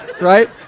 right